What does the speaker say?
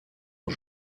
aux